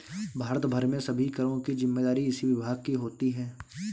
भारत भर में सभी करों की जिम्मेदारी इसी विभाग की होती है